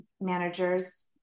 managers